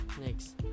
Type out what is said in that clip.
Next